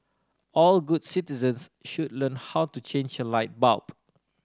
all good citizens should learn how to change a light bulb